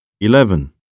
Eleven